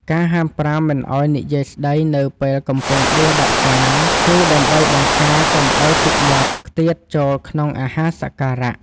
ការហាមប្រាមមិនឱ្យនិយាយស្តីនៅពេលកំពុងដួសដាក់ចាន គឺដើម្បីបង្ការកុំឱ្យទឹកមាត់ខ្ទាតចូលក្នុងអាហារសក្ការៈ។